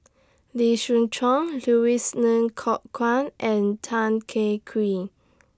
Lee Siew Choh Louis Ng Kok Kwang and Tan Kah Cream